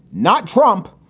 not trump,